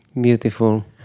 Beautiful